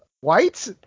White